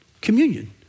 communion